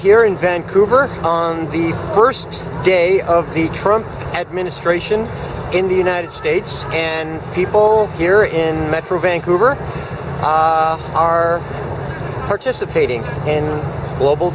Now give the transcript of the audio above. here in vancouver on the first day of the trump administration in the united states and people here in metro vancouver are participating in global